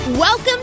Welcome